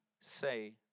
say